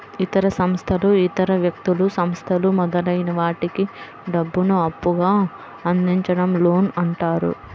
ఇతర సంస్థలు ఇతర వ్యక్తులు, సంస్థలు మొదలైన వాటికి డబ్బును అప్పుగా అందించడం లోన్ అంటారు